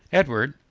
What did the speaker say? edward,